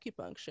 acupuncture